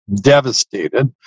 devastated